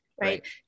right